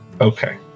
Okay